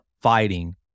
fighting